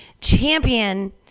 champion